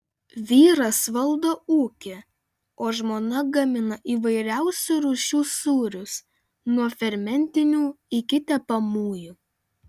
vyras valdo ūkį o žmona gamina įvairiausių rūšių sūrius nuo fermentinių iki tepamųjų